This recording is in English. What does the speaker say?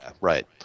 right